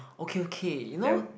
okay okay you know